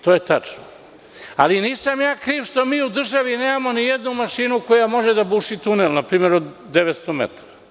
To je tačno, ali nisam ja kriv što mi u državi nemamo nijednu mašinu koja može da buši npr. tunel od 900 metara.